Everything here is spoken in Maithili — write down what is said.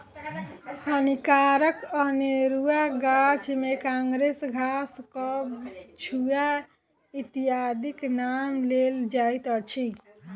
हानिकारक अनेरुआ गाछ मे काँग्रेस घास, कबछुआ इत्यादिक नाम लेल जाइत अछि